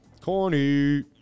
Corny